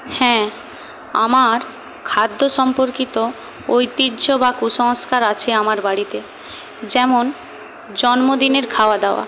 হ্যাঁ আমার খাদ্য সম্পর্কিত ঐতিহ্য বা কুসংস্কার আছে আমার বাড়িতে যেমন জন্মদিনের খাওয়াদাওয়া